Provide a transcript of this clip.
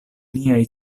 niaj